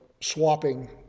swapping